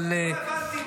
אבל --- עוד לא הבנתי,